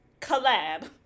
collab